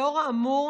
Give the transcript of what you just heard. לאור האמור,